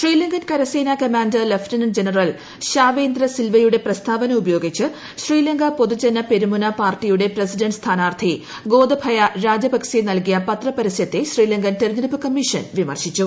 ശ്രീലങ്കൻ കരസേന commander lieutenant ജനറൽശാവേന്ദ്ര സിൽവയുടെപ്രസ്താവന ഉപയോഗിച്ച് ശ്രീലങ്ക പൊതുജന പെരമുന പാർട്ടിയുടെ പ്രസിഡന്റ് സ്ഥാനാർത്ഥി ഗോദഭയ രാജപക്സേ നൽകിയ പത്ര പരസ്യത്തെ ശ്രീലങ്കൻ തെരഞ്ഞെടുപ്പ് കമ്മീഷൻ വിമർശിച്ചു